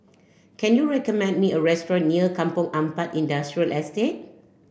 can you recommend me a restaurant near Kampong Ampat Industrial Estate